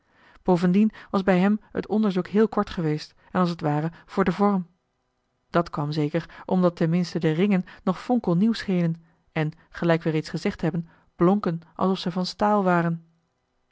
bovendien was bij hem het onderzoek heel kort geweest en als t ware voor den vorm dat kwam zeker omdat ten minste de ringen nog fonkelnieuw schenen en gelijk we reeds gezegd hebben blonken alsof zij van staal waren